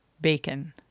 bacon